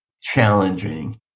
challenging